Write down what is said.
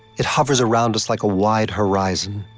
it hovers around us like a wide horizon,